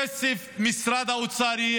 הכסף יהיה ממשרד האוצר,